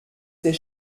était